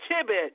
Tibet